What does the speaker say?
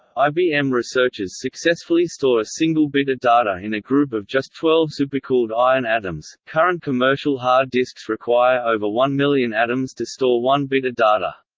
ibm researchers successfully store a single bit of data in a group of just twelve supercooled iron atoms current commercial hard disks require over one million atoms to store one bit of data.